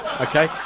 Okay